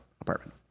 apartment